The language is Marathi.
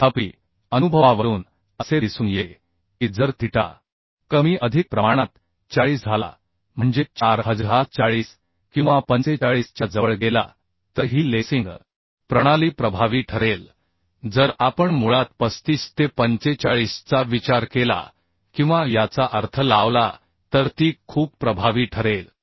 तथापि अनुभवावरून असे दिसून येते की जर थीटा कमी अधिक प्रमाणात 40 झाला म्हणजे 4040 किंवा 45 च्या जवळ गेला तर ही लेसिंग प्रणाली प्रभावी ठरेल जर आपण मुळात 35 ते 45 चा विचार केला किंवा याचा अर्थ लावला तर ती खूप प्रभावी ठरेल